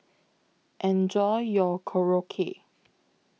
Enjoy your Korokke